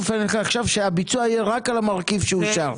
בפניך עכשיו שהביצוע יהיה רק על המרכיב שאושר.